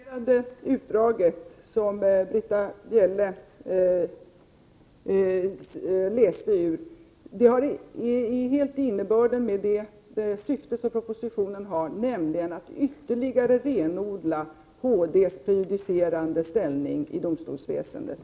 Herr talman! Det utdrag Britta Bjelle citerade har samma innebörd som propositionens syfte, nämligen att ytterligare renodla HD:s prejudicerande ställning i domstolsväsendet.